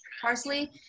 parsley